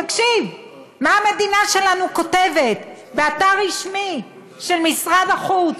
תקשיב מה המדינה שלנו כותבת באתר רשמי של משרד החוץ.